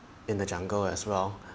in the jungle as well